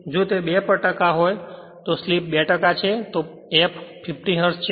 જો તે 2 છે અને સ્લિપ 2 છે તો f 50 હર્ટ્ઝ છે